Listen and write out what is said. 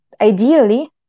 ideally